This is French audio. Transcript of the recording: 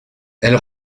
elle